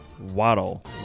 Waddle